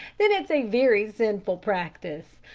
then it's a very sinful practice.